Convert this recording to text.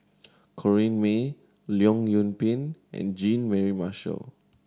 Corrinne May Leong Yoon Pin and Jean Mary Marshall